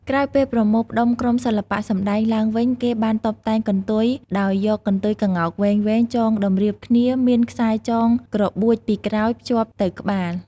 ក្រោយពេលប្រមូលផ្ដុំក្រុមសិល្បៈសម្ដែងឡើងវិញគេបានតុបតែងកន្ទុយដោយយកកន្ទុយក្ងោកវែងៗចងតម្រៀបគ្នាមានខ្សែចងក្របួចពីក្រោយភ្ជាប់ទៅក្បាល។